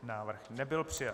Návrh nebyl přijat.